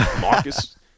Marcus